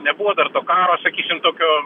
nebuvo dar to karo sakysim tokio